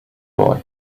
boy